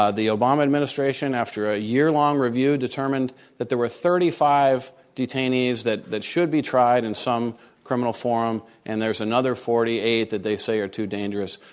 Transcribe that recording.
ah the obama administration after a year-long review determined that there were thirty five detainees that that should be tried in some criminal form and there's another forty eight that they say are too dangerous.